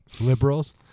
Liberals